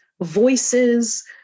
voices